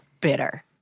bitter